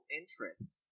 interests